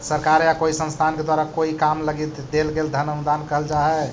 सरकार या कोई संस्थान के द्वारा कोई काम लगी देल गेल धन अनुदान कहल जा हई